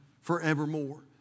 forevermore